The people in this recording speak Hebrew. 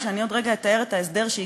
אני חייבת להתחיל ולציין את השר היום,